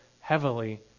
heavily